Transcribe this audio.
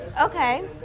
okay